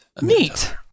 Neat